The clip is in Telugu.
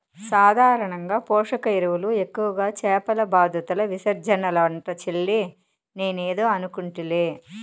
సాధారణంగా పోషక ఎరువులు ఎక్కువగా చేపల బాతుల విసర్జనలంట చెల్లే నేనేదో అనుకుంటిలే